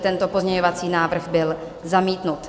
Tento pozměňovací návrh byl zamítnut.